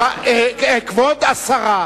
כבוד השרה,